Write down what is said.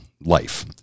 life